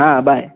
हां बाय